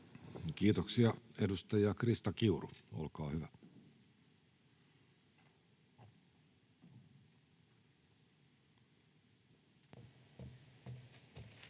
Kiitoksia. — Edustaja Krista Kiuru, olkaa hyvä. [Speech